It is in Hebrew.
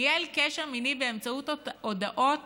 שניהל קשר מיני באמצעות הודעות